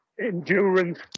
endurance